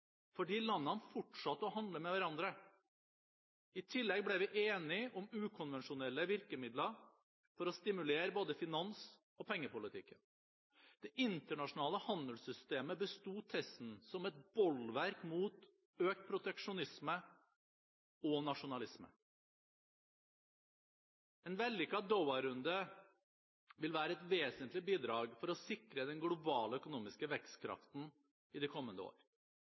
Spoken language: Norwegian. fordi landene fortsatte å handle med hverandre. I tillegg ble vi enige om ukonvensjonelle virkemidler for å stimulere både finans- og pengepolitikken. Det internasjonale handelssystemet besto testen som et bolverk mot økt proteksjonisme og nasjonalisme. En vellykket Doha-runde vil være et vesentlig bidrag for å sikre den globale økonomiske vekstkraften i de kommende år.